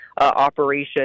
operation